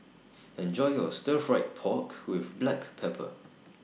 Enjoy your Stir Fry Pork with Black Pepper